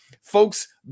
Folks